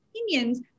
opinions